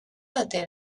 ote